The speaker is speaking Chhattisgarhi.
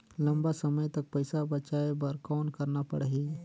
लंबा समय तक पइसा बचाये बर कौन करना पड़ही?